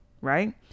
right